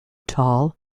tall